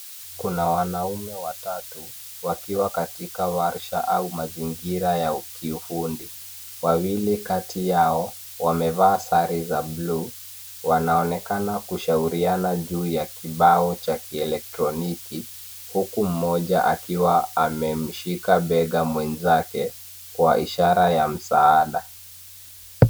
Kuna wanaume watatu wakiwa katika warsha au mazingira ya kiufundi. Wawili kati yao wamevaa sare za buluu, wanaonekana kushauriana juu ya kibao cha kielektroniki huku mmoja akiwa amemshika bega mwenzake kwa ishara ya msaada.